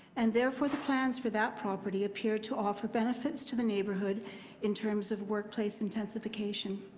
and therefore, the plans for that property appear to offer benefits to the neighbourhood in terms of workplace intensification.